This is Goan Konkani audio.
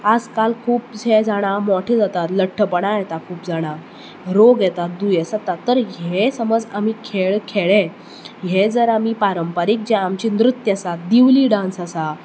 आज काल खूबशें जाणां मोठे जाता लठ्ठपणां येता खूब जाणांक रोग येता दुयेंस जातातर ह्यें समज आमी खेळ खेळ्ळें ह्यें जर आमी पारंपारीक जें आमचें नृत्य आसात दिवली डांस आसा